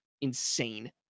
insane